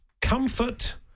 Comfort